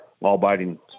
law-abiding